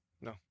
No